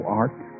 art